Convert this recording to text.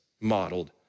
modeled